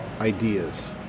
ideas